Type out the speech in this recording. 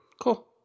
cool